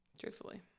Truthfully